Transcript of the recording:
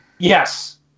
Yes